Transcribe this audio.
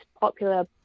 popular